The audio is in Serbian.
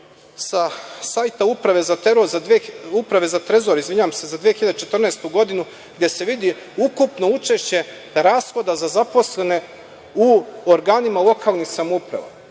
sa sajta Uprave za trezor za 2014. godinu, gde se vidi ukupno učešće rashoda za zaposlene u organima lokalnih samouprava,